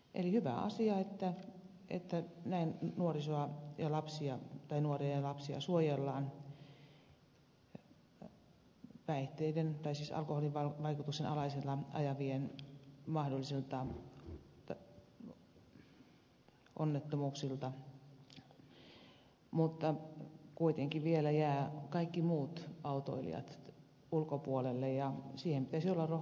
eli on hyvä asia että näin nuoria ja lapsia suojellaan alkoholin vaikutuksen alaisena ajavien mahdollisilta onnettomuuksilta mutta kuitenkin vielä jäävät kaikki muut autoilijat ulkopuolelle ja siihen pitäisi olla rohkeutta puuttua